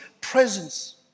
presence